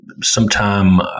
sometime